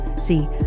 See